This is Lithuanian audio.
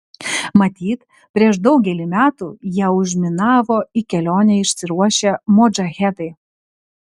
matyt prieš daugelį metų ją užminavo į kelionę išsiruošę modžahedai